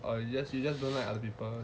or you just you just don't like other people